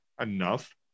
Enough